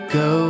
go